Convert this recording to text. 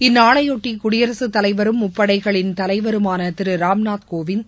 இந்நாளையொட்டி குடியரசுத் தலைவரும் முப்படைகளின் தலைவருமான திரு ராம்நாத் கோவிந்த்